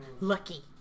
lucky